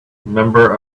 member